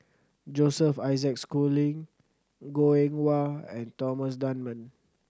Joseph Isaac Schooling Goh Eng Wah and Thomas Dunman